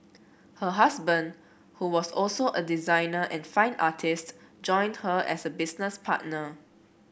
her husband who was also a designer and fine artist joined her as a business partner